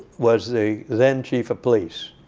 was the then chief of police